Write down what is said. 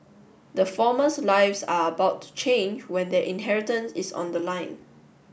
the formers lives are about to change when their inheritance is on the line